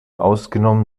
ausgenommen